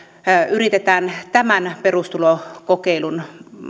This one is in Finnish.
yritetään tämän perustulokokeilun